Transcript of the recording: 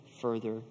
further